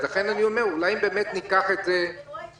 אולי ניקח את זה קדימה,